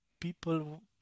people